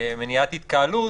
מניעת התקהלות,